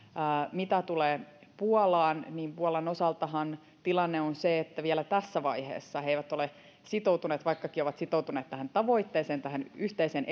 mitä tulee puolaan niin puolan osaltahan tilanne on se että vielä tässä vaiheessa he eivät ole sitoutuneet vaikkakin he ovat sitoutuneet tähän tavoitteeseen tähän yhteiseen